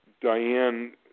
Diane